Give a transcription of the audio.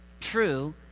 true